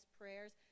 prayers